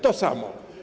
To samo.